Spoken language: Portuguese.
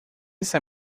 sai